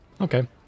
okay